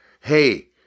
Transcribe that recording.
hey